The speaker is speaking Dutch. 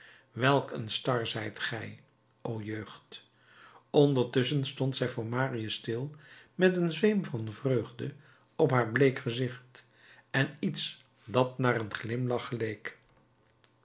welk een star zijt gij o jeugd ondertusschen stond zij voor marius stil met een zweem van vreugde op haar bleek gezicht en iets dat naar een glimlach geleek